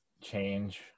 change